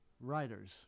writers